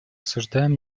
осуждаем